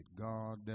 God